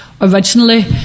Originally